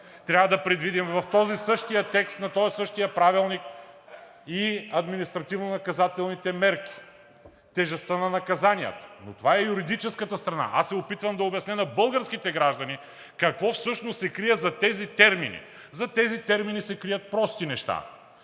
трябва да предвидим в този същия текст на този същия правилник и административнонаказателните мерки, тежестта на наказанията. Но това е юридическата страна. Аз се опитвам да обясня на българските граждани какво всъщност се крие зад тези термини. Зад тези термини се крият прости неща